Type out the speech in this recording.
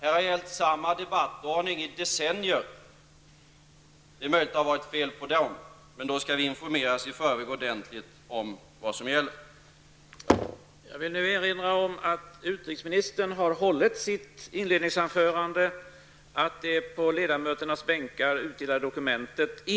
Det är möjligt att det har varit fel på den, men då skall vi i förväg informeras ordentligt om vad som gäller.